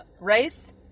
rice